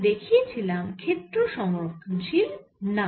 আমরা দেখিয়েছিলাম ক্ষেত্র সংরক্ষনশীল না